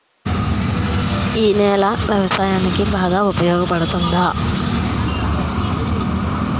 ఈ నేల వ్యవసాయానికి బాగా ఉపయోగపడుతుందా?